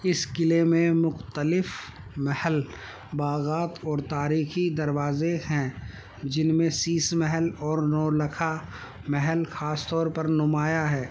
اس قلعے میں مختلف محل باغات اور تاریخی دروازے ہیں جن میں شیش محل اور نو لکھا محل خاص طور پر نمایاں ہے